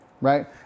right